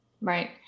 Right